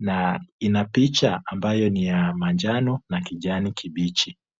na ina picha ambayo ni ya manjano na kijani kibichi.